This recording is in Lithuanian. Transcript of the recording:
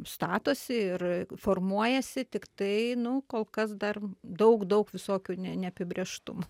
statosi ir formuojasi tiktai nu kol kas dar daug daug visokių ne neapibrėžtumų